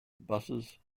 buses